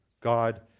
God